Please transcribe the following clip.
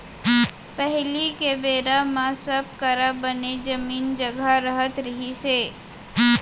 पहिली के बेरा म सब करा बने जमीन जघा रहत रहिस हे